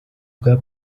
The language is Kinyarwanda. bwa